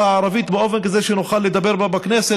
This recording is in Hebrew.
הערבית באופן כזה שנוכל לדבר בה בכנסת,